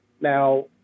Now